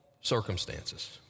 circumstances